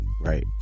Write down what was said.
Right